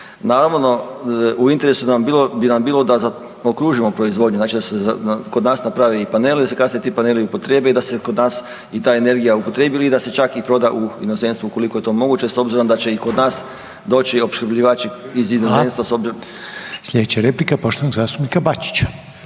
Naravno u interesu bi nam bilo da zaokružimo proizvodnju, znači da se kod nas naprave i paneli, da se kasnije ti paneli upotrijebe i da se kod nas i ta energija upotrijebi ili da se čak i proda u inozemstvu ukoliko je to moguće s obzirom da će i kod nas doći opskrbljivači iz inozemstva …/Upadica: Hvala/…